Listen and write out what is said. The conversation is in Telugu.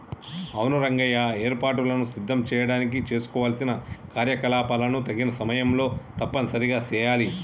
అవును రంగయ్య ఏర్పాటులను సిద్ధం చేయడానికి చేసుకోవలసిన కార్యకలాపాలను తగిన సమయంలో తప్పనిసరిగా సెయాలి